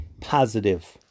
positive